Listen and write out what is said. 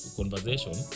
conversation